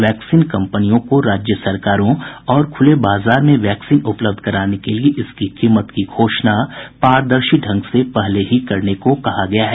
vaccine कंपनियों को राज्य सरकारों और खुले बाजार में वैक्सीन उपलब्ध कराने के लिए इसकी कीमत की घोषणा पारदर्शी ढंग से पहले ही करने को कहा गया है